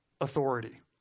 authority